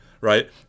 right